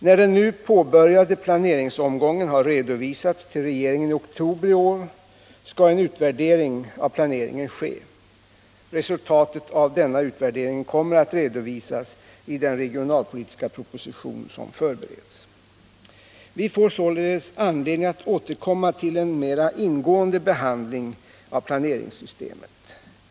När den nu påbörjade planeringsomgången har redovisats till regeringen i oktober i år skall en utvärdering av planeringen ske. Resultatet av denna utvärdering kommer att redovisas i den regionalpolitiska proposition som förbereds. Vi får således anledning att återkomma till en mera ingående behandling av planeringssystemet.